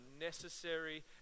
necessary